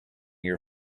your